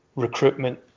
recruitment